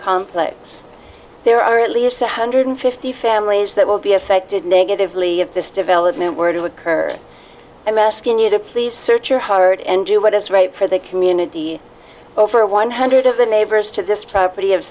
complex there are at least one hundred fifty families that will be affected negatively if this development were to occur i am asking you to please search your heart and do what is right for the community over one hundred of the neighbors to this property of